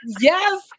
Yes